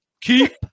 Keep